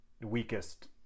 weakest